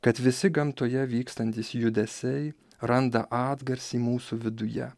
kad visi gamtoje vykstantys judesiai randa atgarsį mūsų viduje